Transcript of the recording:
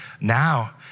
now